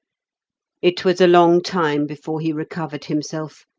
it was a long time before he recovered himself,